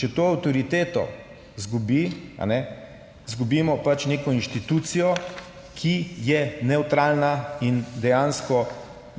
če to avtoriteto izgubi, izgubimo pač neko inštitucijo, ki je nevtralna in dejansko